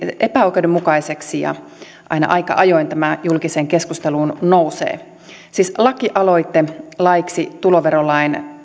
epäoikeudenmukaiseksi ja aina aika ajoin tämä julkiseen keskusteluun nousee tämä on siis lakialoite laiksi tuloverolain